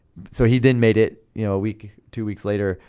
so he then made it you know a week, two weeks later.